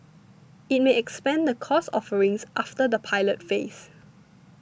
it may expand the course offerings after the pilot phase